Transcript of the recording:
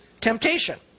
temptation